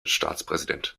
staatspräsident